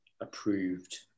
approved